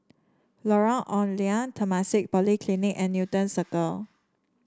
Lorong Ong Lye Temasek Polytechnic and Newton Ciru